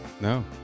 No